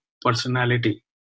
personality